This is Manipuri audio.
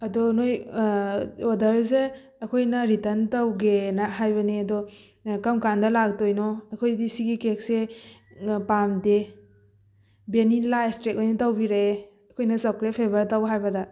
ꯑꯗꯣ ꯅꯣꯏ ꯑꯣꯗꯔꯁꯦ ꯑꯩꯍꯣꯏꯅ ꯔꯤꯇꯟ ꯇꯧꯒꯦꯅ ꯍꯥꯏꯕꯅꯤ ꯑꯗꯣ ꯀꯔꯝ ꯀꯥꯟꯗ ꯂꯥꯛꯇꯣꯏꯅꯣ ꯑꯩꯈꯣꯏꯗꯤ ꯁꯤꯒꯤ ꯀꯦꯛꯁꯦ ꯄꯥꯝꯗꯦ ꯕꯦꯅꯤꯜꯂꯥ ꯁ꯭ꯇꯔꯦꯛ ꯑꯣꯏꯅ ꯇꯧꯕꯤꯔꯛꯑꯦ ꯑꯩꯈꯣꯏꯅ ꯆꯣꯀ꯭ꯂꯦꯠ ꯐ꯭ꯂꯦꯕꯔ ꯇꯧ ꯍꯥꯏꯕꯗ